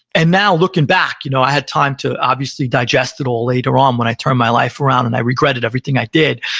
and now, looking back, you know i had time to obviously digest it all later on when i turned my life around and i regretted everything i did,